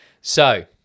So-